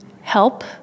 help